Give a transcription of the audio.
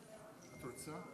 אני רוצה להירשם, בבקשה,